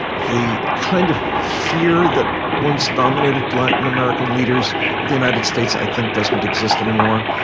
the kind of fear that once dominated latin american leaders of the united states, i think doesn't exist any more.